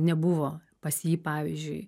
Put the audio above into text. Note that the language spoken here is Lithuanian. nebuvo pas jį pavyzdžiui